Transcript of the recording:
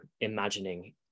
imagining